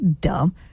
dumb